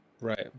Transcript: right